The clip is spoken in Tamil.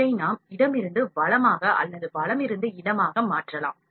இதை நாம் இடமிருந்து வலமாக அல்லது வலமிருந்து இடமாக மாற்றலாம்